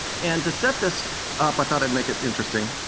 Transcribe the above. and to set this up, i thought i would make it interesting,